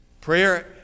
Prayer